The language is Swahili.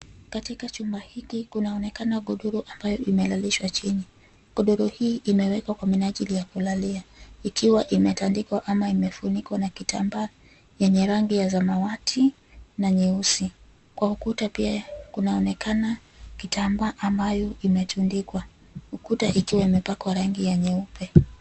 Katika chumba hiki kunaonekana godoro ambayo imelalishwa chini, godoro hii imewekwa kwa minajili ya kulalia, ikiwa imetandikwa ama imefunikwa na kitambaa, yenye rangi ya samawati, na nyeusi, kwa ukuta pia kunaonekana kitambaa ambayo imetundikwa, ukuta ikiwa imepakwa rangi ya nyeupe.